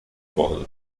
gordon